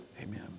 Amen